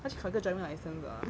他去考一个 driving license ah